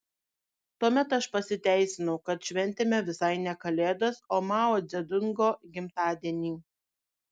tuomet aš pasiteisinau kad šventėme visai ne kalėdas o mao dzedungo gimtadienį